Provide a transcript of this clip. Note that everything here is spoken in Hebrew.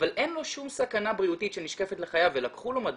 אבל אין לו שום סכנה בריאותית שנשקפת לחייו ולקחו לו מדדים,